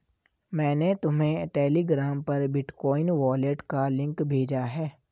मैंने तुम्हें टेलीग्राम पर बिटकॉइन वॉलेट का लिंक भेजा है